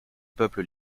peuple